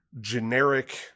generic